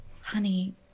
honey